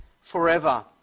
forever